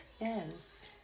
Yes